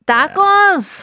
Tacos